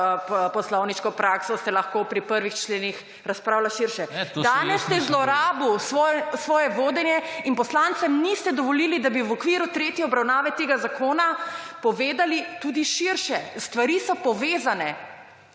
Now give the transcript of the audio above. poslovniško prakso se lahko pri prvih členih razpravlja širše. Danes ste zlorabili svoje vodenje in poslancem niste dovolili, da bi v okviru tretje obravnave tega zakona povedali tudi širše. Stvari so povezane.